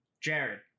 Jared